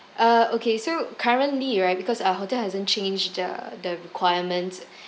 uh okay so currently right because our hotel hasn't changed the the requirements